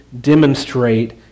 demonstrate